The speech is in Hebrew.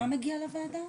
מה מגיע לוועדה?